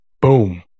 boom